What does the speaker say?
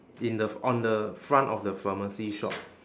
in the f~ on the front of the pharmacy shop